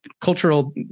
cultural